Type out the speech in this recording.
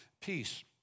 peace